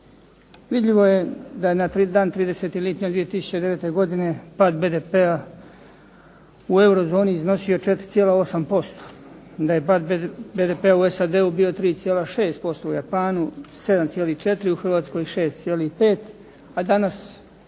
Vidljivo je da je na dan 30. lipnja 2009. godine pad BDP-a u euro zoni iznosio 4,8%, da je pad BDP-a u SAD-u bio 3,6%, u Japanu 7,4, u Hrvatskoj 6,5 a danas